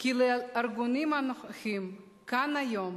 כי לארגונים הנוכחים כאן היום